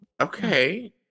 okay